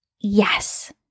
Yes